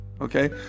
okay